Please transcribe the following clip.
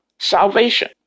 salvation